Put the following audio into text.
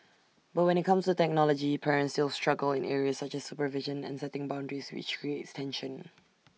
but when IT comes to technology parents still struggle in areas such as supervision and setting boundaries which creates tension